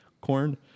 Corn